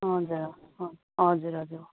हजुर हजुर हजुर